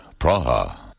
Praha